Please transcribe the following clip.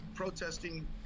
protesting